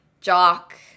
jock